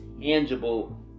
tangible